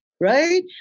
Right